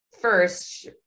First